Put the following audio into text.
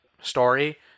story